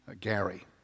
Gary